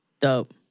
Dope